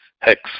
hex